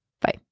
Bye